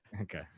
Okay